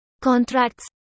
contracts